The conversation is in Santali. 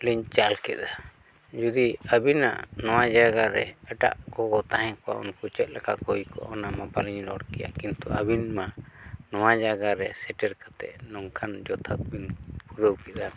ᱞᱤᱧ ᱪᱟᱞ ᱠᱮᱫᱟ ᱡᱩᱫᱤ ᱟᱹᱵᱤᱱᱟᱜ ᱱᱚᱣᱟ ᱡᱟᱭᱜᱟᱨᱮ ᱮᱴᱟᱜ ᱠᱚᱠᱚ ᱛᱟᱦᱮᱸᱠᱚᱜᱼᱟ ᱩᱱᱠᱩ ᱪᱮᱫᱞᱮᱠᱟ ᱠᱚ ᱟᱹᱭᱠᱟᱹᱣᱟ ᱚᱱᱟᱢᱟ ᱵᱟᱹᱞᱤᱧ ᱨᱚᱲ ᱠᱮᱭᱟ ᱠᱤᱱᱛᱩ ᱟᱹᱵᱤᱱᱼᱢᱟ ᱱᱚᱣᱟ ᱡᱟᱭᱜᱟᱨᱮ ᱥᱮᱴᱮᱨ ᱠᱟᱛᱮᱫ ᱱᱚᱝᱠᱟᱱ ᱡᱚᱛᱷᱟᱛ ᱵᱤᱱ ᱯᱩᱨᱟᱹᱣ ᱠᱮᱫᱟ